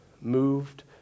Moved